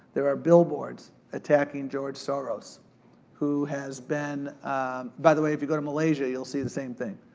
there are billboards attacking george soros who has been by the way, if you go to malaysia, you'll see the same thing.